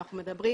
אנחנו מדברים